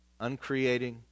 uncreating